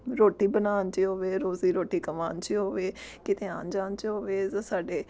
ਰੋਟੀ ਬਣਾਉਣ 'ਚ ਹੋਵੇ ਰੋਜ਼ੀ ਰੋਟੀ ਕਮਾਉਣ 'ਚ ਹੋਵੇ ਕਿਤੇ ਆਉਣ ਜਾਣ 'ਚ ਹੋਵੇ ਜਾਂ ਸਾਡੇ